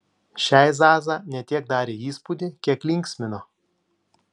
šiai zaza ne tiek darė įspūdį kiek linksmino